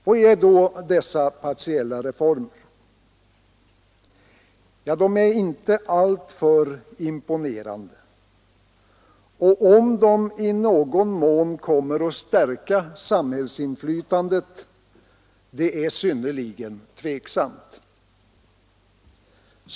Vilka är då dessa partiella reformer? Ja, de är inte alltför imponerande, och om de i någon mån kommer att stärka samhällsinflytandet är synnerligen tveksamt.